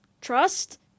trust